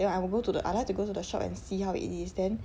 then I will go to the I like to go to the shop and see how it is then